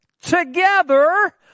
together